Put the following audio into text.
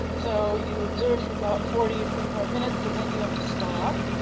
so you observed for about forty or forty-five minutes, and then you have to stop,